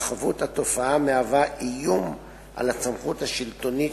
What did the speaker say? התרחבות התופעה מהווה "איום" על הסמכות השלטונית